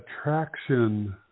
attraction